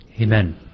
Amen